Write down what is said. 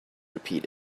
repeat